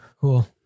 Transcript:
Cool